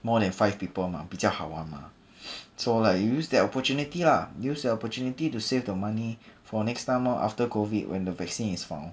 more than five people mah 比较好玩吗 so like you use that opportunity lah use the opportunity to save the money for next time lor after COVID when the vaccine is found